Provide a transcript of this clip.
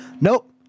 Nope